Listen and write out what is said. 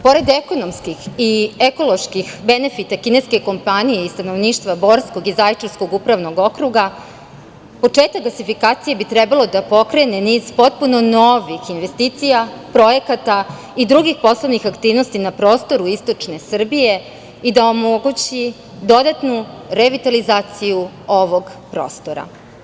Pored ekonomskih i ekoloških benefita kineske kompanije i stanovništva Borskog i Zaječarskog upravnog okruga, početak gasifikacije bi trebalo da pokrene niz potpuno novih investicija, projekata i drugih poslovnih aktivnosti na prostoru istočne Srbije i da omogući dodatnu revitalizaciju ovog prostora.